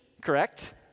correct